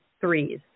threes